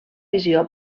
visió